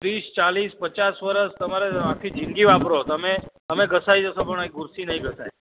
ત્રીસ ચાલીસ પચાસ વર્ષ તમારે આખી જિંદગી વાપરો તમે તમે ઘસાઈ જશો પણ એ ખુરશી નહીં ઘસાય